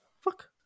fuck